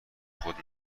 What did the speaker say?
خود